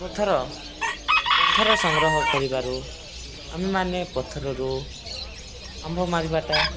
ପଥର ପଥର ସଂଗ୍ରହ କରିବାରୁ ଆମେମାନେ ପଥରରୁ ଆମ୍ଭ ମାରିବାଟା